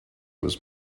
was